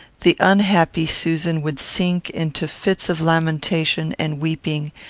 the unhappy susan would sink into fits of lamentation and weeping,